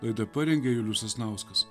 laidą parengė julius sasnauskas